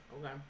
Okay